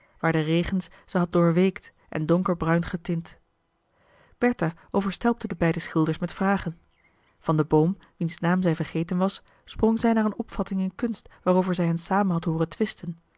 waar de regens ze hadden doorweekt en donkerbruin getint bertha overstelpte de beide schilders met vragen van den boom wiens naam zij vergeten was sprong zij naar een opvatting in kunst waarover zij hen samen had hooren twisten